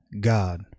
God